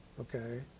Okay